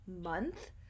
month